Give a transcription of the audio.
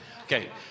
Okay